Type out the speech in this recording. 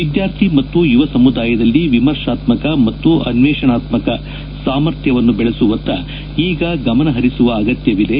ವಿದ್ವಾರ್ಥಿ ಮತ್ತು ಯುವ ಸಮುದಾಯದಲ್ಲಿ ವಿಮರ್ಶಾತ್ಕಕ ಮತ್ತು ಅನ್ನೇಷಣಾತ್ಕಕ ಸಾಮರ್ಥ್ಲವನ್ನು ಬೆಳೆಸುವತ್ತ ಈಗ ಗಮನಹರಿಸುವ ಅಗತ್ಯವಿದೆ